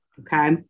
okay